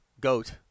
goat